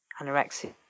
anorexia